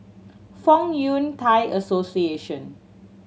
Fong Yun Thai Association